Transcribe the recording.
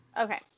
Okay